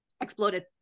exploded